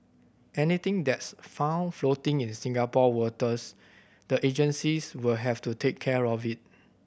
anything that's found floating in Singapore waters the agencies will have to take care of it